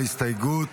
הסתייגות